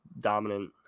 dominant